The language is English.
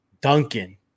Duncan